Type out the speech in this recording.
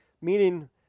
meaning